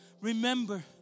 remember